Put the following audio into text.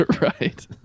Right